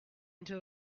into